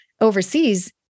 overseas